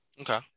Okay